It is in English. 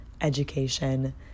education